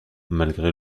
malgré